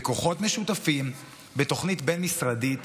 בכוחות משותפים בתוכנית בין-משרדית